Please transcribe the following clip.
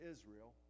Israel